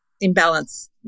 imbalance